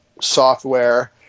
software